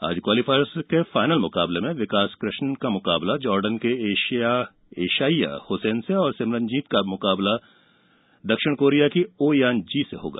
आज क्वालिफायर्स के फाइनल में विकास कृष्ण का मुकाबला जॉर्डन के एशाईया हुसैन से और सिमरनजीत कौर का दक्षिण कोरिया की ओयिओनजी से होगा